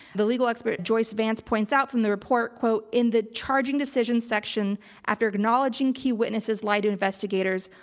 the legal expert, joyce vance points out from the report quote in the charging decision section after acknowledging key witnesses lied to investigators,